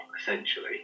essentially